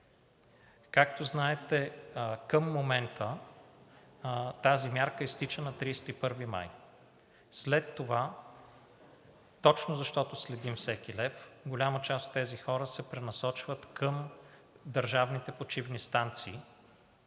Както знаете, към момента тази мярка изтича на 31 май. След това, точно защото следим всеки лев, голяма част от тези хора се пренасочват към държавните почивни станции,